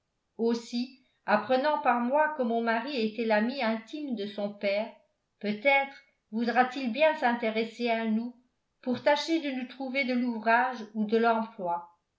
aussi apprenant par moi que mon mari était l'ami intime de son père peut-être voudra-t-il bien s'intéresser à nous pour tâcher de nous trouver de l'ouvrage ou de l'emploi